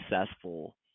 successful